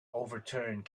overturned